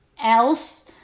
else